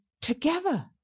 together